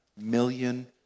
million